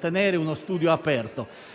tenere uno studio aperto.